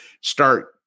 start